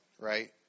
right